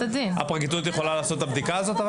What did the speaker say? הפרקליטות יכולה לעשות את הבדיקה הזאת?